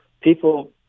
People